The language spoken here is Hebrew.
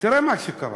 תראו מה שקרה.